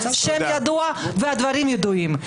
השם ידוע והדברים ידועים.